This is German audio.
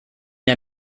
der